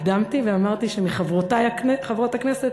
הקדמתי ואמרתי שמחברותי חברות הכנסת,